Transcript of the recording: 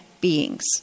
beings